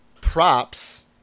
Props